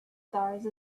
stars